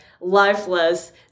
lifeless